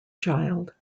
child